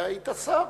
והיית שר.